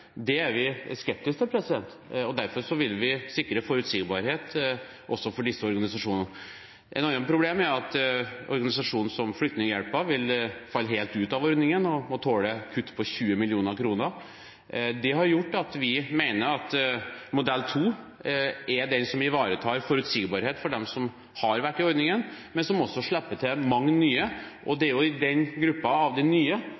Det er vi skeptisk til, og derfor vil vi sikre forutsigbarhet også for disse organisasjonene. Et annet problem er at en organisasjon som Flyktninghjelpen vil falle helt ut av ordningen og må tåle kutt på 20 mill. kr. Det har gjort at vi mener at modell 2 er den som ivaretar forutsigbarhet for dem som har vært i ordningen, men som også slipper til mange nye, og det er i gruppen av de nye